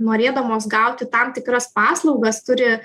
norėdamos gauti tam tikras paslaugas turi